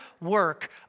work